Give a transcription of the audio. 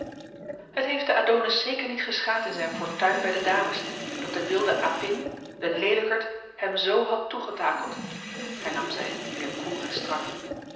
het heeft den adonis zeker niet geschaad in zijne fortuin bij de dames dat de wilde apin de leelijkert hem z had toegetakeld hernam zij weer koel en strak